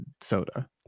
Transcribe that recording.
soda